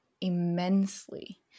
immensely